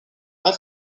alt